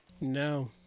No